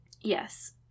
Yes